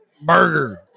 burger